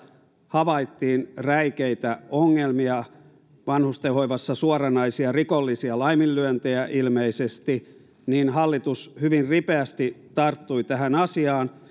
havaittiin räikeitä ongelmia vanhusten hoivassa suoranaisia rikollisia laiminlyöntejä ilmeisesti niin hallitus hyvin ripeästi tarttui tähän asiaan